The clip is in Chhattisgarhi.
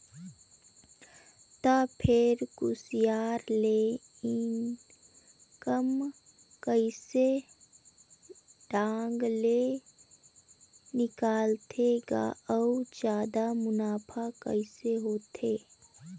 त फेर कुसियार ले इनकम कइसे ढंग ले निकालथे गा अउ जादा मुनाफा कइसे होथे